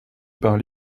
par